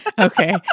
okay